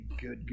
good